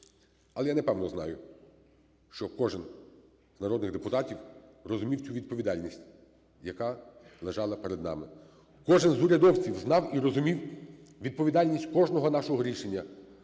Але я напевно знаю, що кожен з народних депутатів розумів цю відповідальність, яка лежала перед нами. Кожен з урядовців знав і розумів відповідальність кожного нашого рішення,